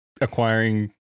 acquiring